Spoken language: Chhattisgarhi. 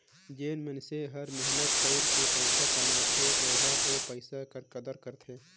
जेन मइनसे हर मेहनत कइर के पइसा कमाथे ओहर ओ पइसा कर कदर करथे